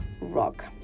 rock